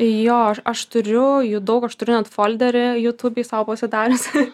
jo aš turiu jų daug aš turiu net folderį jutubėj sau pasidarius